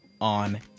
on